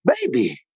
baby